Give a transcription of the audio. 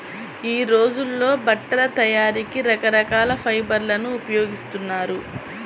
యీ రోజుల్లో బట్టల తయారీకి రకరకాల ఫైబర్లను ఉపయోగిస్తున్నారు